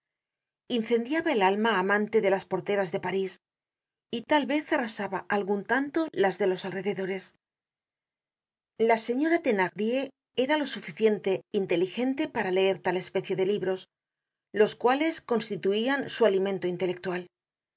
incendiaba el alma amante de las porteras de parís y tal vez arrasaba algun tanto las de los alrededores la señora thenardier era lo suficiente inteligente para leer tal especie de libros los cuales constituian su alimento intelectual